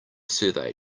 survey